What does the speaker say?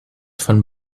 von